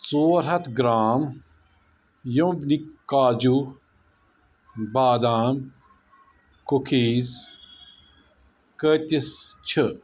ژور ہَتھ گرٛام یوٗنِبِک کاجوٗ بادام کُکیٖز کۭتِس چھِ